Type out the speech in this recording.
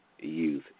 youth